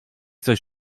coś